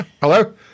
Hello